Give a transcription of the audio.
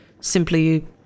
simply